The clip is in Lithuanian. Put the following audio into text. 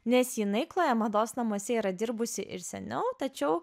nes jinai chloe mados namuose yra dirbusi ir seniau tačiau